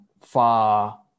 far